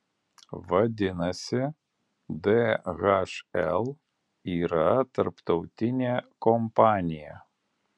vadinasi dhl yra tarptautinė kompanija